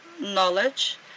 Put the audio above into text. knowledge